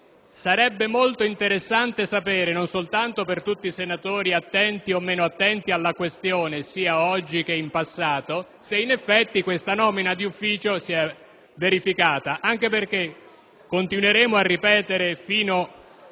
Sarebbe molto interessante sapere, non soltanto per tutti i senatori attenti o meno attenti alla questione, sia oggi che in passato, se in effetti la nomina d'ufficio è stata effettuata. Noi continueremo a ripetere fino alla